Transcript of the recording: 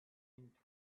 into